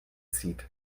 zieht